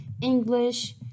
English